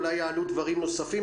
אולי יעלו דברים נוספים.